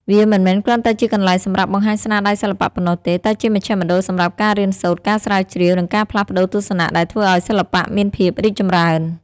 វាមិនមែនគ្រាន់តែជាកន្លែងសម្រាប់បង្ហាញស្នាដៃសិល្បៈប៉ុណ្ណោះទេ តែជាមជ្ឈមណ្ឌលសម្រាប់ការរៀនសូត្រ ការស្រាវជ្រាវ និងការផ្លាស់ប្ដូរទស្សនៈដែលធ្វើឱ្យសិល្បៈមានភាពរីកចម្រើន។